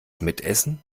mitessen